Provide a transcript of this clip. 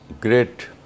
great